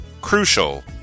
Crucial